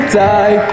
die